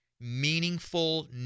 meaningful